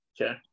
Okay